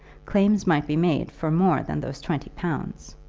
claims might be made for more than those twenty pounds.